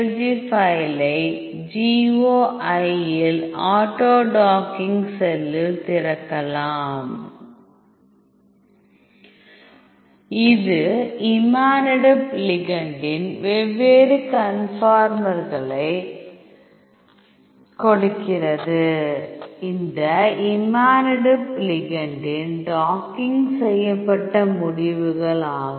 G ஃபைலை goi இல் autodocking செல்லில் திறக்கலாம் இது இமாடினிப் லிகெண்டின் வெவ்வேறு கன்ஃபார்மர்களைக் கொடுக்கிறது இது இமாடினிப் லிகெண்டின் டாக்கிங் செய்யப்பட்ட முடிவுகள் ஆகும்